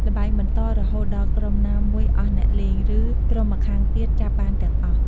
ល្បែងបន្តរហូតដល់ក្រុមណាមួយអស់អ្នកលេង ឬក្រុមម្ខាងទៀតចាប់បានទាំងអស់។